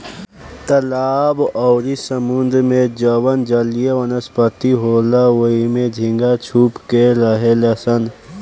तालाब अउरी समुंद्र में जवन जलीय वनस्पति होला ओइमे झींगा छुप के रहेलसन